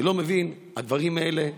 אני לא מבין, הדברים האלה אושרו.